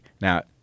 Now